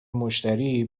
مشتری